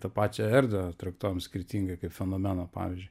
tą pačią erdvę traktuojam skirtingai kaip fenomeną pavyzdžiui